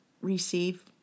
receive